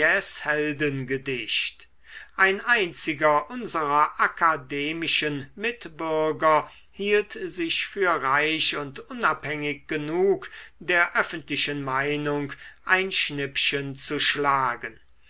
heldengedicht ein einziger unserer akademischen mitbürger hielt sich für reich und unabhängig genug der öffentlichen meinung ein schnippchen zu schlagen